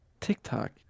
TikTok